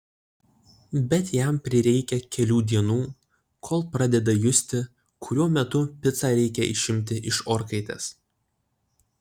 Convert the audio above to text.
bet jam prireikia kelių dienų kol pradeda justi kuriuo metu picą reikia išimti iš orkaitės